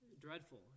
dreadful